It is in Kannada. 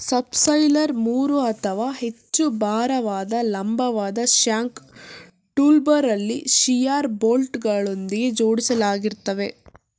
ಸಬ್ಸಾಯ್ಲರ್ ಮೂರು ಅಥವಾ ಹೆಚ್ಚು ಭಾರವಾದ ಲಂಬವಾದ ಶ್ಯಾಂಕ್ ಟೂಲ್ಬಾರಲ್ಲಿ ಶಿಯರ್ ಬೋಲ್ಟ್ಗಳೊಂದಿಗೆ ಜೋಡಿಸಲಾಗಿರ್ತದೆ